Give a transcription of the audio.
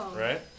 Right